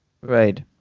Right